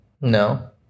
No